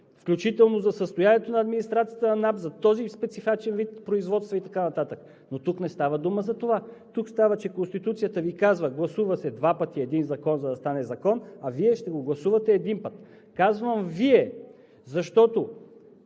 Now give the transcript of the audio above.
включително за състоянието на администрацията на НАП, за този специфичен вид производства и така нататък, но тук не става дума за това. Тук става дума, че Конституцията Ви казва: гласува се два пъти един закон, за да стане закон, а Вие ще го гласувате един път. Казвам Вие, защото